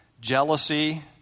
jealousy